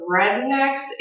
rednecks